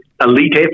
elite